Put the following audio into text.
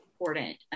important